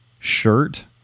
shirt